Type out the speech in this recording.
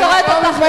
אל תעזרי לי.